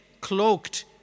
cloaked